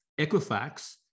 Equifax